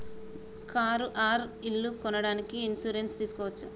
Car or ఇల్లు కొనడానికి insurance తీస్కోవచ్చా?